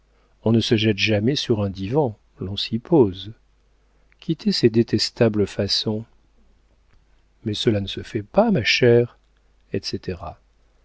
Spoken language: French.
on ne se jette jamais sur un divan l'on s'y pose quittez ces détestables façons mais cela ne se fait pas ma chère etc